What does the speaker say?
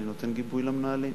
אני נותן גיבוי למנהלים.